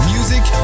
Music